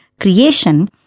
creation